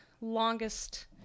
longest